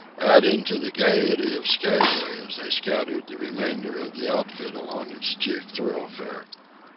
adding to the gayety of skaguay as they scattered the remainder of the outfit along its chief thoroughfare.